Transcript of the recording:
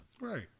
Right